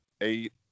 eight